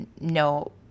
no